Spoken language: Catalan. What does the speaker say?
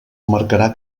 marcarà